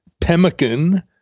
pemmican